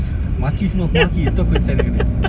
maki semua maki itu send dengan dia